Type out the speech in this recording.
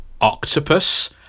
Octopus